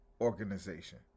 organization